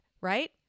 right